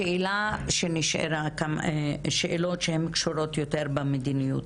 השאלות שנשארו קשורות יותר במדיניות.